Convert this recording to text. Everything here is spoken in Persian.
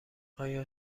آیا